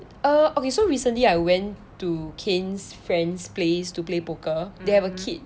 ugh okay so recently I went to kain's friend's place to play poker they have a kid